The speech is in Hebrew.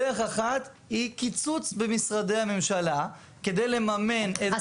דרך אחת היא קיצוץ במשרדי הממשלה כדי לממן את